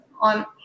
on